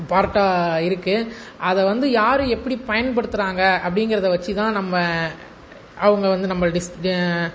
பார்ட்டாக இருக்குது அதை வந்து யார் எப்படி பயன்படுத்துகிறாங்க அப்படிங்கிறத வச்சு தான் நம்ம அவங்க வந்து நம்மள் டிஸ் டி